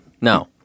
No